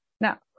Now